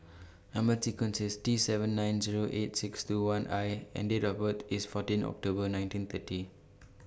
Number sequence IS T seven nine Zero eight six two one I and Date of birth IS fourteen October nineteen thirty